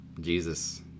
Jesus